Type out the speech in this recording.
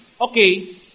okay